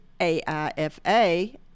AIFA